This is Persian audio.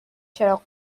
چراغ